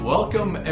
Welcome